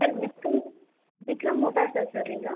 sir விஸ்கம் விக்ரம் மோட்டார்ஸா sir நீங்கள்